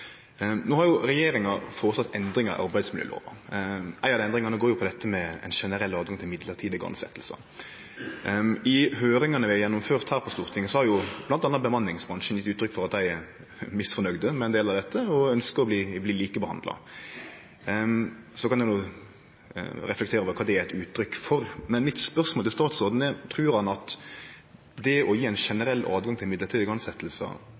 har regjeringa føreslått endringar i arbeidsmiljølova. Ei av dei endringane handlar om det generelle høvet til midlertidige tilsetjingar. I høyringane vi har gjennomført her på Stortinget, har bl.a. bemanningsbransjen gjeve uttrykk for at dei er misfornøgde med ein del av dette, og dei ønskjer å bli likebehandla. Så kan ein reflektere over kva det er eit uttrykk for. Men mitt spørsmål til statsråden er: Trur han at det å gje eit generelt høve til